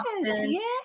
yes